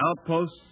outposts